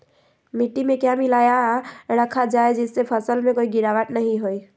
मिट्टी में क्या मिलाया रखा जाए जिससे फसल में कोई गिरावट नहीं होई?